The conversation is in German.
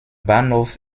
bahnhof